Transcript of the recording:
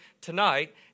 tonight